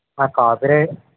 ఆ copy right